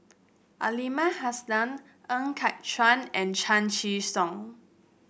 Aliman Hassan Ng Kat Chuan and Chan Chee Seng